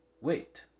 Wait